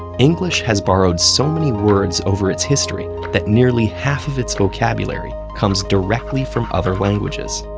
english has borrowed so many words over its history that nearly half of its vocabulary comes directly from other languages.